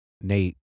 Nate